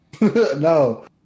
No